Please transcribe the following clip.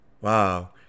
Wow